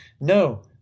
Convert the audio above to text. no